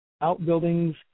outbuildings